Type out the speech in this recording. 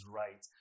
right